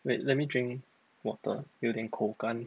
wait let me drink water 有点口干